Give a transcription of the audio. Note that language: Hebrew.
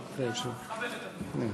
אני מכבד את אדוני.